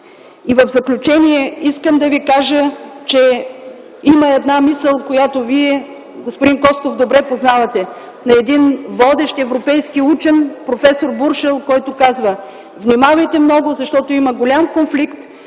В заключение искам да ви кажа, че има една мисъл, която Вие, господин Костов, добре познавате. На един водещ европейски учен проф. Гуршел, който казва: „Внимавайте много, защото има голям конфликт